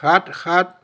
সাত সাত